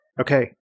Okay